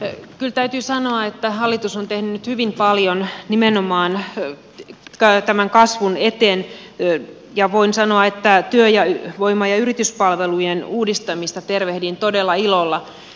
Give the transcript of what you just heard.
kyllä täytyy sanoa että hallitus on tehnyt nyt hyvin paljon nimenomaan tämän kasvun eteen ja voin sanoa että työvoima ja yrityspalvelujen uudistamista tervehdin todella ilolla